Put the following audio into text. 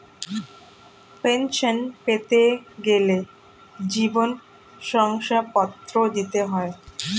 pension পেতে গেলে জীবন শংসাপত্র দিতে হয়